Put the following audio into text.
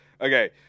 Okay